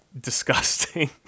disgusting